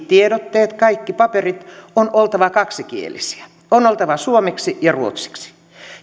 tiedotteiden kaikkien papereiden on oltava kaksikielisiä on oltava suomeksi ja ruotsiksi